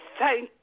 thank